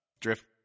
drift